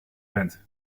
bent